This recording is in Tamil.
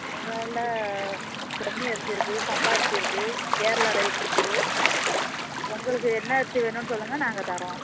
எங்கள்கிட்ட பொன்னி அரிசி இருக்குது சம்பா அரிசி இருக்கு கேரளா ரைஸ் இருக்கு உங்களுக்கு என்ன அரிசி வேணும்னு சொல்லுங்கள் நாங்கள் தரோம்